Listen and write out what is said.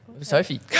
Sophie